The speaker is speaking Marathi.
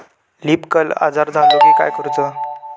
लीफ कर्ल आजार झालो की काय करूच?